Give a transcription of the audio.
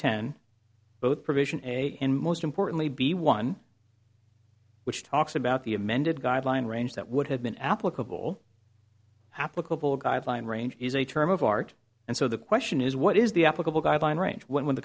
ten both provision a and most importantly b one which talks about the amended guideline range that would have been applicable applicable guideline range is a term of art and so the question is what is the applicable guideline range when the